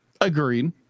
Agreed